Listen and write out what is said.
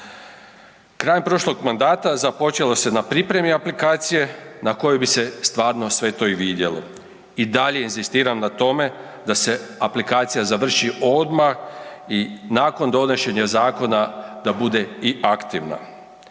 Krajem prošlog mandata započelo se na pripremi aplikacije na kojoj bi se stvarno sve to i vidjelo. I dalje inzistiram na tome da se aplikacija završi odmah i nakon donošenja zakona da bude i aktivna.